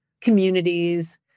communities